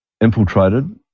infiltrated